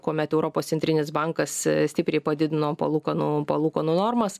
kuomet europos centrinis bankas stipriai padidino palūkanų palūkanų normas